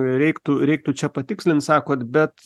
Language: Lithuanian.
reiktų reiktų čia patikslint sakot bet